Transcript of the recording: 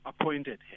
appointed